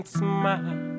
smile